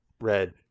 red